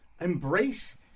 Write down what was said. embrace